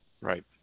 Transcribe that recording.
right